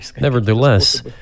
Nevertheless